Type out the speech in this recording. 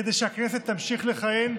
כדי שהכנסת תמשיך לכהן,